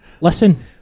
Listen